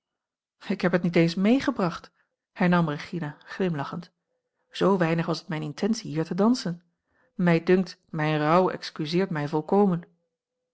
ik heb het niet eens meegebracht hernam regina glimlachend zoo weinig was het mijne intentie hier te dansen mij dunkt mijn rouw excuseert mij volkomen